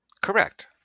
Correct